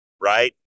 Right